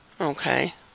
Okay